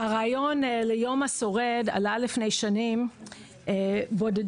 הרעיון ליום השורד עלה לפני שנים בודדות,